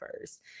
first